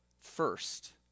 first